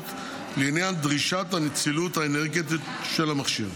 לעניין דרישת הנצילות האנרגטית של המכשיר.